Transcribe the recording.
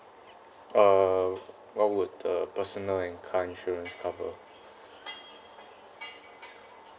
uh what would a personal and car insurance cover